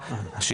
משה רוט,